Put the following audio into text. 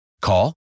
Call